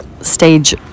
stage